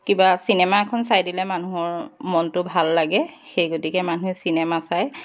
কিবা চিনেমা এখন চাই দিলে মানুহৰ মনটো ভাল লাগে সেই গতিকে মানুহে চিনেমা চায়